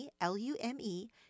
L-U-M-E